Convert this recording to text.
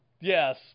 Yes